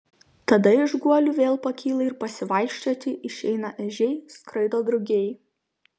tada iš guolių vėl pakyla ir pasivaikščioti išeina ežiai skraido drugiai